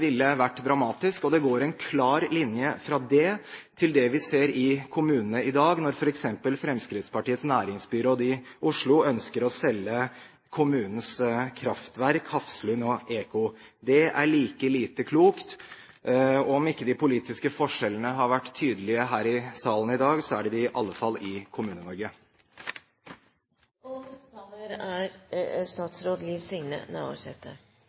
ville vært dramatisk, og det går en klar linje fra det til det vi ser i kommunene i dag, når f.eks. Fremskrittspartiets næringsbyråd i Oslo ønsker å selge kommunens kraftverk, Hafslund og E-CO. Det er like lite klokt. Om ikke de politiske forskjellene har vært tydelige her i salen i dag, er de det i alle fall i Kommune-Norge. Den førre talaren tok mitt poeng, men det er